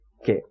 okay